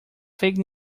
fake